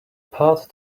path